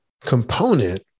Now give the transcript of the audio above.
component